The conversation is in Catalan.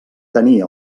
tenir